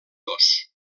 dos